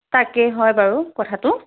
তাকেই হয় বাৰু কথাটো